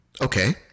Okay